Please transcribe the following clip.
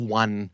one